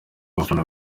abafana